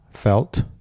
felt